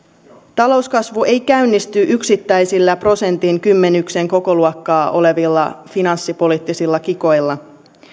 talouskasvu ei käynnisty yksittäisillä prosentin kymmenyksen kokoluokkaa olevilla finanssipoliittisilla kikoilla